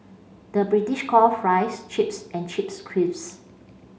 the British call fries chips and chips crisps